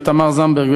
תמר זנדברג,